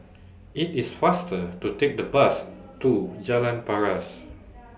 IT IS faster to Take The Bus to Jalan Paras